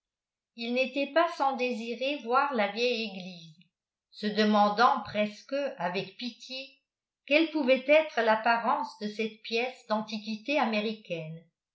il n'était pas sans désirer voir la vieille église se demandant presque avec pitié qu'elle pouvait être l'apparence de cette pièce d'antiquité américaine